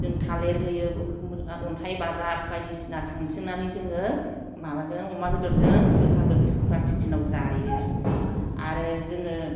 जों थालिर होयो अन्थाइ बाजाब बायदिसिना खांथिंनानै जोङो माबाजों अमा बेदरजों गोखा गोखै संख्रान्थि दिनाव जायो आरो जोङो